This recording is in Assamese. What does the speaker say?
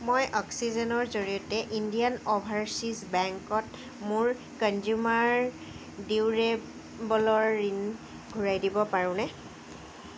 মই অক্সিজেনৰ জৰিয়তে ইণ্ডিয়ান অ'ভাৰচীজ বেংকত মোৰ কনজিউমাৰ ডিউৰেবলৰ ঋণ ঘূৰাই দিব পাৰোঁনে